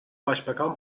başbakan